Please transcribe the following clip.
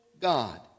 God